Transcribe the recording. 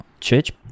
church